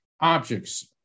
objects